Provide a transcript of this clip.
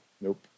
Nope